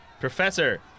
Professor